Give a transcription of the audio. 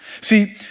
See